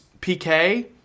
PK